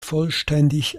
vollständig